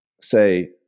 say